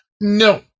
no